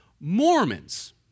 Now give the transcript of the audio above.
Mormons